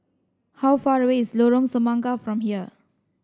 how far away is Lorong Semangka from here